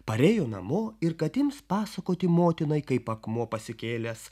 parėjo namo ir kad ims pasakoti motinai kaip akmuo pasikėlęs